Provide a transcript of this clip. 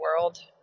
world